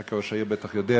אתה כראש עיר בטח יודע,